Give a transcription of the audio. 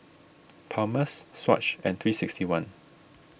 Palmer's Swatch and three sixty one